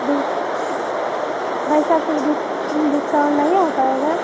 dish भाई साब कुछ डिस डिस्काउन्ट नहीं हो पाएगा